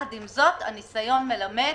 עם זאת, הניסיון מלמד